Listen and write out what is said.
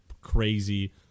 crazy